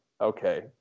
okay